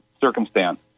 circumstance